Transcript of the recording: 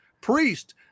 priest